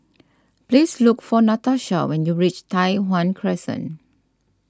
please look for Natasha when you reach Tai Hwan Crescent